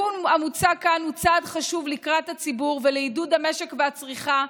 התיקון המוצע כאן הוא צעד חשוב לקראת הציבור ולעידוד המשק והצריכה,